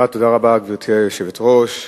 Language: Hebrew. גברתי היושבת-ראש,